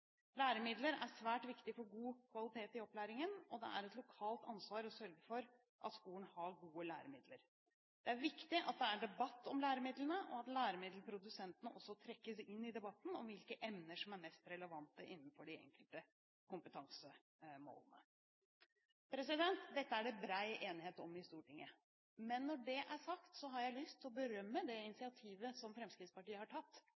Læremidler er svært viktig for god kvalitet i opplæringen, og det er et lokalt ansvar å sørge for at skolen har gode læremidler. Det er viktig at det er en debatt om læremidlene, og at læremiddelprodusentene også trekkes inn i debatten om hvilke emner som er relevante innenfor de enkelte kompetansemålene. Dette er det bred enighet om i Stortinget. Men når det er sagt, har jeg lyst til å berømme det initiativet som Fremskrittspartiet har tatt,